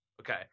Okay